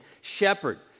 shepherd